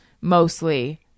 mostly